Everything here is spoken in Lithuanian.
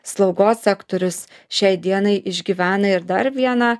slaugos sektorius šiai dienai išgyvena ir dar vieną